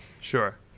Sure